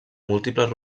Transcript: múltiples